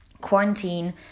quarantine